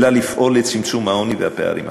אלא לפעול לצמצום העוני והפערים החברתיים.